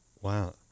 Wow